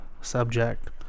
subject